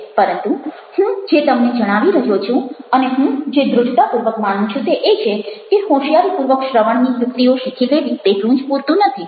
પરંતુ હું જે તમને જણાવી રહ્યો છું અને હું જે દ્રઢતાપૂર્વક માનું છું તે એ છે કે હોશિયારીપૂર્વક શ્રવણની યુક્તિઓ શીખી લેવી તેટલું જ પૂરતું નથી